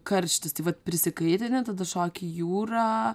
karštis tai vat prisikaitini tada šoki į jūrą